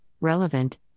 relevant